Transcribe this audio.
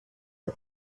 guy